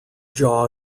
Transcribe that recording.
jaw